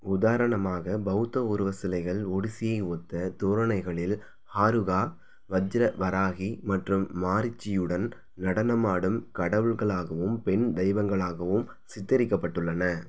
உதாரணமாக பெளத்த உருவச்சிலைகள் ஒடிசியை ஒத்த தோரணைகளில் ஹாருகா வஜ்ர வராஹி மற்றும் மாரிச்சியுடன் நடனமாடும் கடவுள்களாகவும் பெண் தெய்வங்களாகவும் சித்தரிக்கப்பட்டுள்ளன